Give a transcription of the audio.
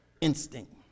instinct